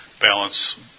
balance